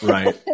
Right